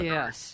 Yes